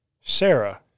Sarah